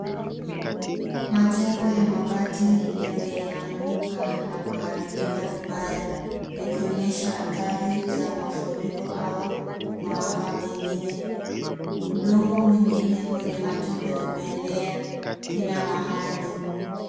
Majengo ya mabati yameanguka na kuharibika vibaya yakionyesha athari za mafuriko au maafa mengine. Udongo mwingine wenye matope umeenea kila mahali.